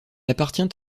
appartient